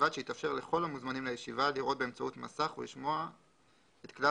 ובלבד שיתאפשר לכל המוזמנים לישיבה לראות באמצעות מסך ולשמוע את כלל